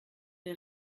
der